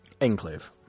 enclave